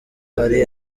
hari